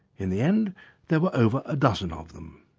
in the end there were over a dozen of them.